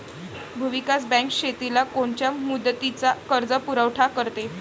भूविकास बँक शेतीला कोनच्या मुदतीचा कर्जपुरवठा करते?